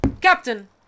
Captain